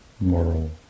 moral